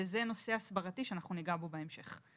וזה נושא הסברתי שניגע בו בהמשך.